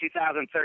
2013